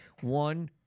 One